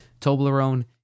Toblerone